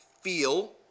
feel